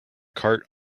cart